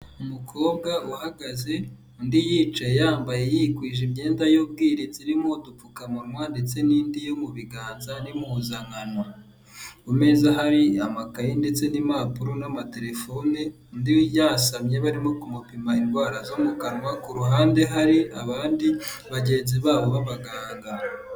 Umukobwa uhagaze undi yicaye yambaye yikwije imyenda y'ubwirinzi irimo udupfukamunwa ndetse n'indi yo mu biganza n'impuzankano, ku meza hari amakaye ndetse n'impapuro n'amaterefone undi yasamye barimo kumupima indwara zo mu kanwa, ku ruhande hari abandi bagenzi babo b'abaganga.